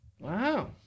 Wow